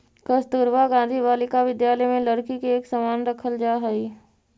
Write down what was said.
कस्तूरबा गांधी बालिका विद्यालय में लड़की के एक समान रखल जा हइ